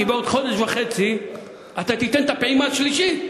כי בעוד חודש וחצי אתה תיתן את הפעימה השלישית,